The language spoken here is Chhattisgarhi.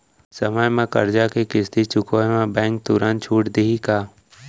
समय म करजा के किस्ती चुकोय म बैंक तुरंत छूट देहि का?